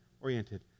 oriented